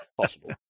possible